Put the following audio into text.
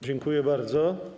Dziękuję bardzo.